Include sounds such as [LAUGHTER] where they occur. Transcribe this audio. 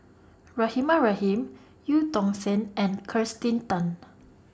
[NOISE] Rahimah Rahim EU Tong Sen and Kirsten Tan